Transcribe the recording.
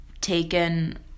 taken